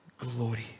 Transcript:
glory